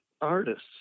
artists